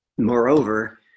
Moreover